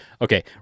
okay